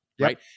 Right